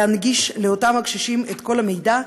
להנגיש לאותם הקשישים את כל המידע,